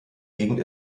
gegend